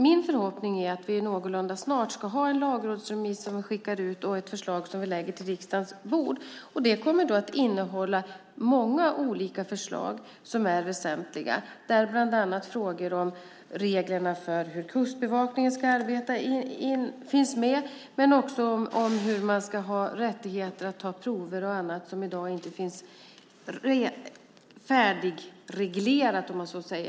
Min förhoppning är att vi någorlunda snart ska ha en lagrådsremiss som vi skickar ut och ett förslag som vi lägger på riksdagens bord. Det kommer att innehålla många olika förslag som är väsentliga. Frågor om reglerna för hur Kustbevakningen ska arbeta ska finnas med, men också frågor om rättighet att ta prover och annat som i dag inte finns färdigreglerat.